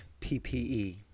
PPE